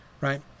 right